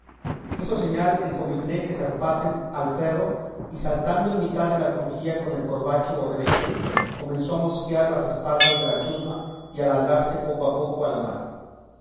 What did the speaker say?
hizo señal el cómitre que zarpasen el ferro y saltando en mitad de la crujía con el corbacho o rebenque comenzó a mosquear las espaldas de la chusma y a largarse poco a poco a la mar